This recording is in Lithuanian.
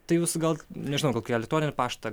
tai jūs gal nežinau gal kokį elektroninį paštą